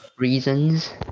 reasons